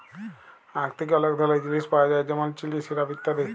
আখ থ্যাকে অলেক ধরলের জিলিস পাওয়া যায় যেমল চিলি, সিরাপ ইত্যাদি